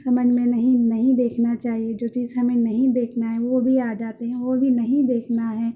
ہم نے نہیں نہیں دیکھنا چاہیے جو چیز ہمیں نہیں دیکھنا ہے وہ بھی آ جاتے ہیں وہ بھی نہیں دیکھنا ہے